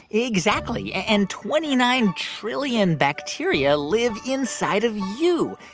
exactly. and twenty nine trillion bacteria live inside of you.